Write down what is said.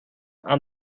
aan